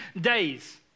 days